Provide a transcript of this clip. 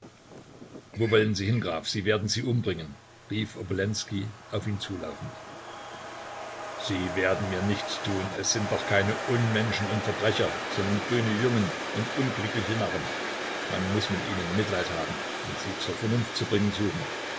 wo wollen sie hin graf sie werden sie umbringen rief obolenskij auf ihn zulaufend sie werden mir nichts tun es sind doch keine unmenschen und verbrecher sondern grüne jungen und unglückliche narren man muß mit ihnen mitleid haben und sie zur vernunft zu bringen suchen